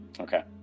Okay